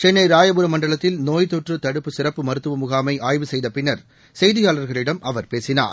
சென்னைராயபுரம் மண்டலத்தில் நோய் தொற்றுதடுப்பு மருத்துவமுகாமைஆய்வு செய்தபின்னர் செய்தியாளர்களிடம் அவர் பேசினார்